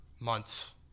months